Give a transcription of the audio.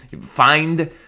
Find